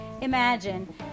imagine